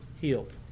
healed